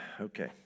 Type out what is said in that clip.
Okay